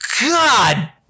God